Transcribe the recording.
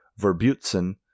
verbutzen